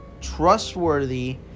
...trustworthy